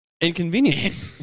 Inconvenient